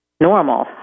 normal